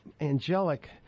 angelic